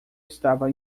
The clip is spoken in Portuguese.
estava